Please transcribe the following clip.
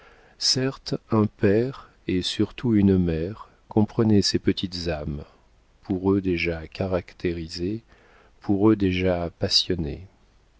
certes un père et surtout une mère comprenaient ces petites âmes pour eux déjà caractérisées pour eux déjà